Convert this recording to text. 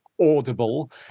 audible